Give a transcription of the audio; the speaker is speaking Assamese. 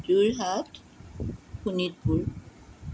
যোৰহাট শোণিতপুৰ